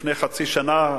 לפני כחצי שנה,